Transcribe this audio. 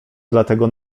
dlatego